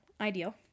ideal